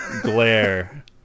glare